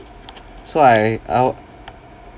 so I I'll